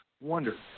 wonder